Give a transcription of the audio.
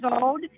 old